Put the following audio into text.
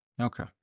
Okay